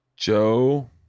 Joe